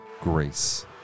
grace